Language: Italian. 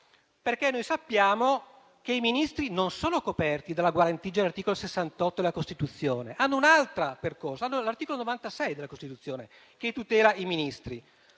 perché sappiamo che i Ministri non sono coperti dalla guarentigia dell'articolo 68 della Costituzione, ma hanno un altro percorso, ai sensi dell'articolo 96 della Costituzione, che tutela i Ministri.